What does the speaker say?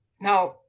now